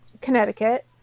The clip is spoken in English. Connecticut